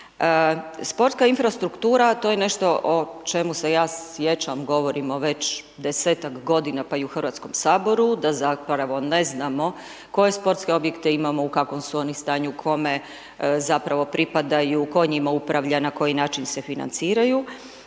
Sporta infrastruktura, to je nešto o čemu se ja sjećam, govorimo već 10-tak godina pa i u Hrvatskom saboru, da zapravo ne znamo koje sportske objekte imamo, u kakvom su oni stanju, kome, zapravo pripadaju, tko njima upravlja, na koji način se financiraju.